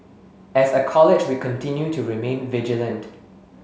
as a College we continue to remain vigilant